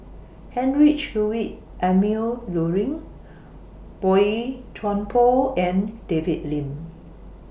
Heinrich Ludwig Emil Luering Boey Chuan Poh and David Lim